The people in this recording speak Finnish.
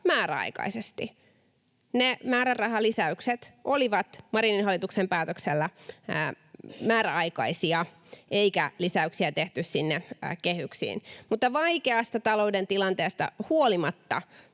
määräaikaisesti. Ne määrärahalisäykset olivat Marinin hallituksen päätöksellä määräaikaisia, eikä lisäyksiä tehty kehyksiin. Mutta vaikeasta talouden tilanteesta huolimatta